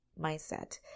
mindset